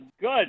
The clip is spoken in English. good